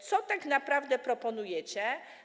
Co tak naprawdę proponujecie?